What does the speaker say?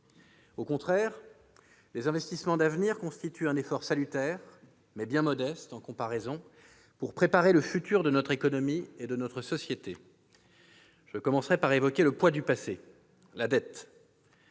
À l'inverse, les investissements d'avenir constituent un effort salutaire, mais bien modeste en comparaison, pour préparer le futur de notre économie et de notre société. Je commencerai par évoquer le poids du passé : la dette.